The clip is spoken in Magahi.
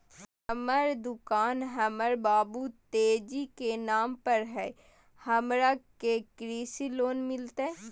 हमर दुकान हमर बाबु तेजी के नाम पर हई, हमरा के कृषि लोन मिलतई?